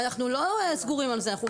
אנחנו לא סגורים על זה.